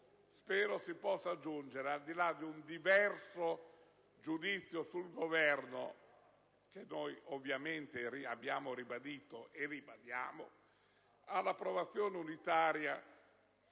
spero si possa giungere, al di là di un diverso giudizio sul Governo, che noi ovviamente abbiamo ribadito e ribadiamo, all'approvazione unitaria